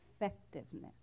effectiveness